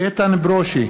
איתן ברושי,